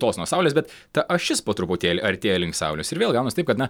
tols nuo saulės bet ta ašis po truputėlį artėja link saulės ir vėl gaunas taip kad na